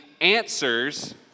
answers